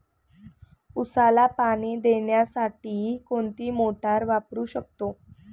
उसाला पाणी देण्यासाठी कोणती मोटार वापरू शकतो?